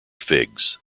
figs